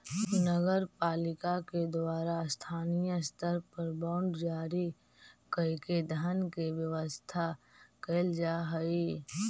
नगर पालिका के द्वारा स्थानीय स्तर पर बांड जारी कईके धन के व्यवस्था कैल जा हई